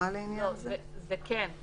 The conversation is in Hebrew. זה כן.